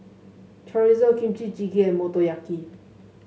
Chorizo Kimchi Jjigae and Motoyaki